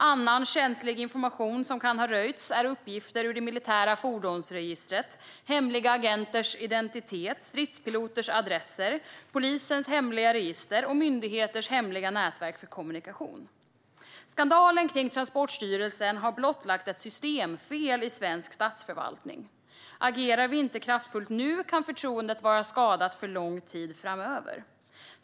Annan känslig information som kan ha röjts är uppgifter ur det militära fordonsregistret, hemliga agenters identitet, stridspiloters adresser, polisens hemliga register och myndigheternas hemliga nätverk för kommunikation. Skandalen kring Transportstyrelsen har blottlagt ett systemfel i svensk statsförvaltning. Agerar vi inte kraftfullt nu kan förtroendet vara skadat för lång tid framöver.